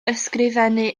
ysgrifennu